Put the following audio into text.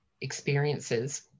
experiences